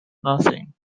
nothing